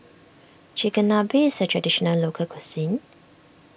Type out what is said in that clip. Chigenabe is a Traditional Local Cuisine